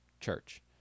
church